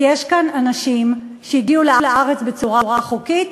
כי יש כאן אנשים שהגיעו לארץ בצורה חוקית